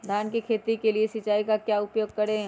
धान की खेती के लिए सिंचाई का क्या उपयोग करें?